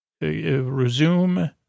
resume